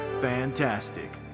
fantastic